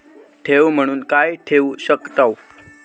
ठेव म्हणून काय ठेवू शकताव?